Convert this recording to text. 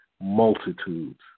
multitudes